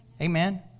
Amen